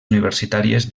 universitàries